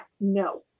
no